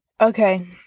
Okay